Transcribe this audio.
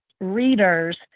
readers